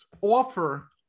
offer